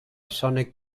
sonic